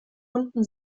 unten